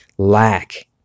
lack